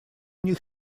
них